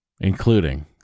including